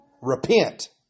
Repent